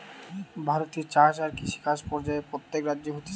ভারতে চাষ আর কৃষিকাজ পর্যায়ে প্রত্যেক রাজ্যে হতিছে